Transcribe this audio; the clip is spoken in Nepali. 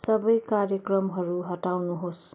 सबै कार्यक्रमहरू हटाउनुहोस्